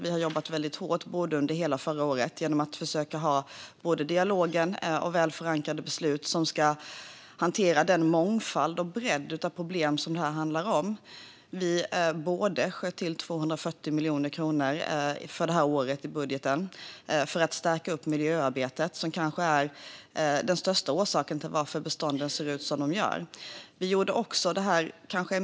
Vi har jobbat väldigt hårt under hela förra året genom att försöka ha både dialogen och väl förankrade beslut som ska hantera den mångfald och bredd av problem som detta handlar om. Vi sköt till 240 miljoner kronor i budgeten för det här året för att stärka miljöarbetet; det är kanske den största orsaken till att bestånden ser ut som de gör.